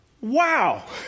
wow